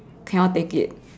cannot take it